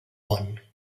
món